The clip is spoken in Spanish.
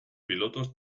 pilotos